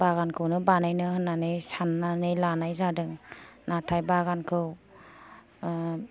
बागानखौनो बानायनो होननानै साननानै लानाय जादों नाथाय बागानखौ